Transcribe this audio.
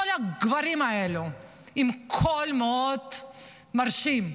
כל הגברים האלו עם קול מאוד מרשים,